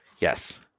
Yes